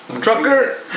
Trucker